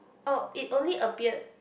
oh it only appeared